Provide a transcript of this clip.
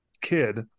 kid